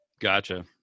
Gotcha